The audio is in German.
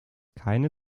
keine